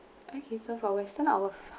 okay so western our